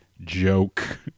joke